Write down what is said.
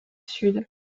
sud